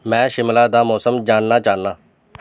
में शिमला दा मौसम जानना चाह्न्नां